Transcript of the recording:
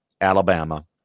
Alabama